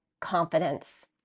confidence